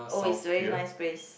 oh is very nice place